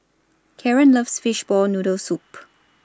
Karen loves Fishball Noodle Soup